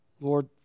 Lord